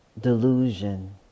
delusion